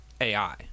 AI